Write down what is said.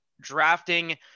drafting